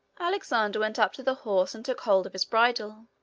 alexander went up to the horse and took hold of his bridle.